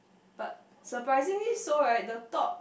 but surprisingly so right the top